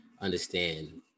understand